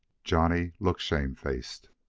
johnny looked shamefaced.